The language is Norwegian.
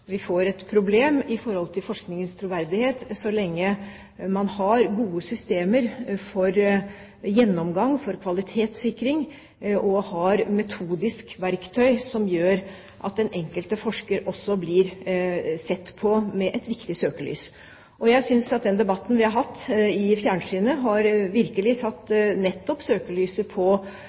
vi får et problem i forhold til forskningens troverdighet, så lenge man har gode systemer for gjennomgang, for kvalitetssikring, og har metodisk verktøy som gjør at den enkelte forsker også blir satt søkelys på. Jeg synes at den debatten vi har hatt i fjernsynet, virkelig har satt søkelyset på